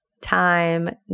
time